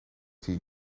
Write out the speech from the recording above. tea